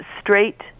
straight